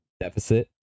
deficit